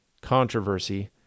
controversy